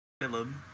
film